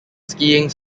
skiing